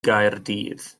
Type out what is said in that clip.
gaerdydd